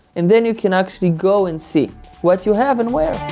and then you can actually go and see what you have and where.